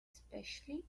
especially